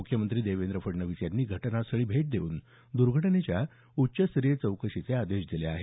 मुख्यमंत्री देवेंद्र फडणवीस यांनी घटनास्थळी भेट देऊन द्र्घटनेच्या उच्चस्तरीय चौकशीचे आदेश दिले आहेत